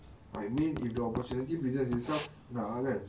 I mean if the opportunity presents itself nak lah kan